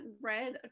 read